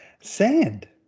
Sand